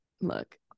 Look